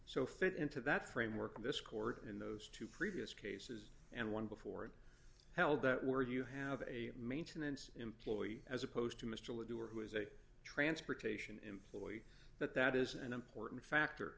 so fit into that framework of this court in those two previous cases and one before held that were you have a maintenance employee as opposed to mr le doux or who is a transportation employee that that is an important factor